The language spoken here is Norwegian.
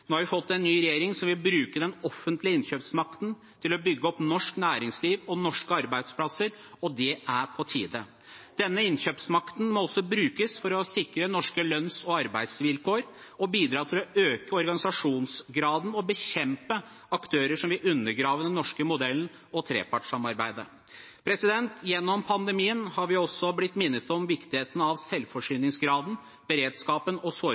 Nå har vi fått en ny regjering som vil bruke den offentlige innkjøpsmakten til å bygge opp norsk næringsliv og norske arbeidsplasser, og det er på tide. Denne innkjøpsmakten må også brukes for å sikre norske lønns- og arbeidsvilkår og bidra til å øke organisasjonsgraden og bekjempe aktører som vil undergrave den norske modellen og trepartssamarbeidet. Gjennom pandemien er vi også blitt minnet om viktigheten av selvforsyningsgraden, beredskapen og